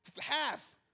half